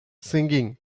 singing